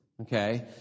Okay